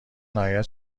نهایت